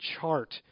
chart